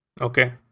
Okay